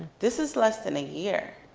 this is less than a year.